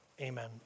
Amen